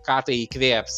ką tai įkvėps